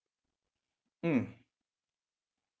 mm